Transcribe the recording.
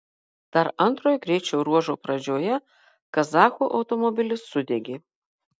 dar antrojo greičio ruožo pradžioje kazachų automobilis sudegė